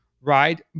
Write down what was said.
right